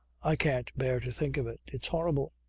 i can't bear to think of it. it's horrible.